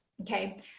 okay